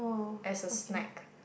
as a snack